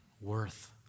worth